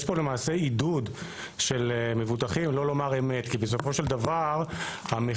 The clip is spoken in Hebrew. יש פה למעשה עידוד של מבוטחים לא לומר אמת כי בסופו של דבר המחיר